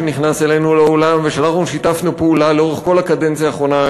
שנכנס אלינו לאולם ושאנחנו שיתפנו פעולה לאורך כל הקדנציה האחרונה,